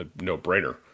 no-brainer